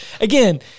again